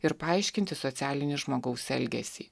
ir paaiškinti socialinį žmogaus elgesį